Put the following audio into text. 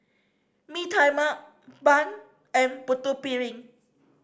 Mee Tai Mak bun and Putu Piring